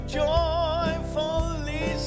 joyfully